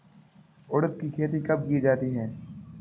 उड़द की खेती कब की जाती है?